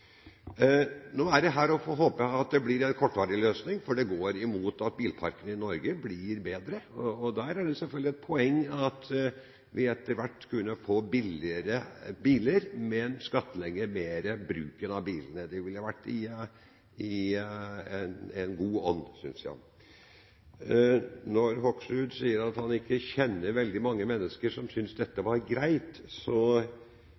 Nå er det her å håpe at det blir en kortvarig løsning, for det går imot at bilparken i Norge blir bedre. Da er det selvfølgelig et poeng at vi etter hvert kunne få billigere biler, men skattlegge mer bruken av bilene. Det ville vært i en god ånd, synes jeg. Når Hoksrud sier at han ikke kjenner veldig mange mennesker som synes dette